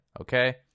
okay